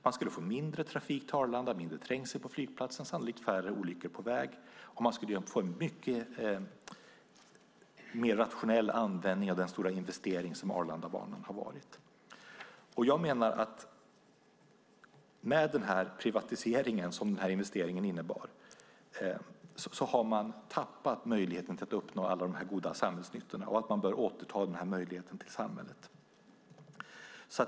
Man skulle få mindre trafik till Arlanda, mindre trängsel på flygplatsen, sannolikt färre olyckor på vägen och man skulle få en mycket mer rationell användning av den stora investering som Arlandabanan har varit. Jag menar att man med den privatisering som investeringen innebar har tappat möjligheten att uppnå alla dessa samhällsnyttor, och man bör därför återföra den möjligheten till samhället.